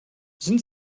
sind